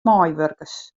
meiwurkers